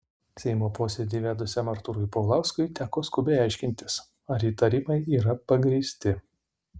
seimo posėdį vedusiam artūrui paulauskui teko skubiai aiškintis ar įtarimai yra pagrįsti